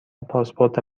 پاسپورت